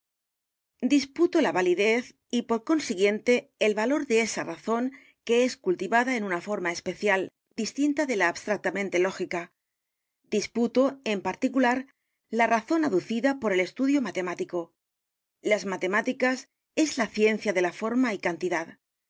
disputo la validez y por consiguiente el valor de esa razón que es cultivada en una forma especial distinta de la abstractamente lógica disputo en particular la razón aducida por el estudio matemático las matemáticas es la ciencia de la forma y cantidad